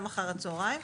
גם אחר הצוהריים.